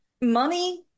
money